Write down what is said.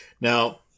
Now